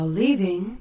leaving